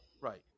right